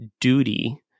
duty